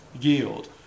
yield